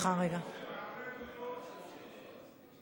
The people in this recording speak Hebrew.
כי זו לא הדרך שלי, ב.